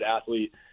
athlete